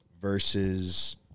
versus